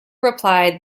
replied